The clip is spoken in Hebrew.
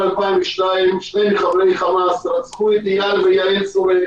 שני חברי חמאס רצחו ב-2002 את יאיר ויעל צורף